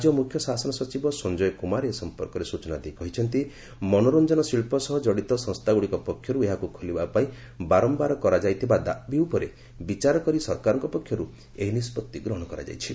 ରାଜ୍ୟ ମୁଖ୍ୟ ଶାସନ ସଚିବ ସଞ୍ଜୟ କୁମାର ଏ ସମ୍ପର୍କରେ ସୂଚନା ଦେଇ କହିଛନ୍ତି ମନୋରଜଞ୍ଜନ ଶିଳ୍ପ ସହ ଜଡ଼ିତ ସଂସ୍ଥାଗୁଡ଼ିକ ପକ୍ଷରୁ ଏହାକୁ ଖୋଲିବା ପାଇଁ ବାରମ୍ଘାର କରାଯାଇଥିବା ଦାବି ଉପରେ ବିଚାର କରି ସରକାରଙ୍କ ପକ୍ଷରୁ ଏହି ନିଷ୍ପଭି ଗ୍ରହଣ କରାଯାଇଛି